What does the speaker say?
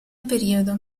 periodo